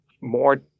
More